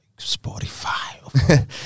Spotify